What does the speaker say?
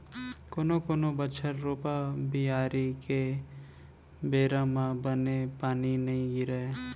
कोनो कोनो बछर रोपा, बियारी के बेरा म बने पानी नइ गिरय